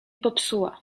popsuła